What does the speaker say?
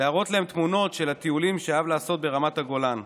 להראות להם תמונות של הטיולים שאהב לעשות ברמת הגולן.